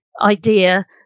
idea